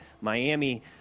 Miami